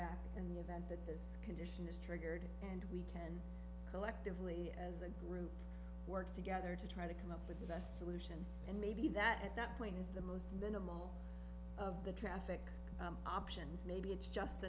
back in the event the decision is triggered and we can collectively as a group work together to try to come up with the best solution and maybe that at that point is the most minimal of the traffic options maybe it's just